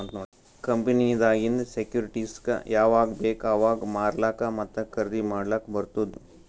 ಕಂಪನಿನಾಗಿಂದ್ ಸೆಕ್ಯೂರಿಟಿಸ್ಗ ಯಾವಾಗ್ ಬೇಕ್ ಅವಾಗ್ ಮಾರ್ಲಾಕ ಮತ್ತ ಖರ್ದಿ ಮಾಡ್ಲಕ್ ಬಾರ್ತುದ್